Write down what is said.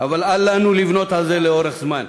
אבל אל לנו לבנות על זה לאורך זמן.